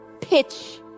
pitch